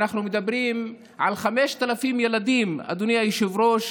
אנחנו מדברים על 5,000 ילדים, אדוני היושב-ראש,